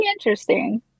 interesting